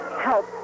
help